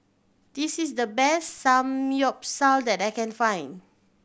this is the best Samgyeopsal that I can find